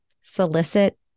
solicit